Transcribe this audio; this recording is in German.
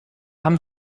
haben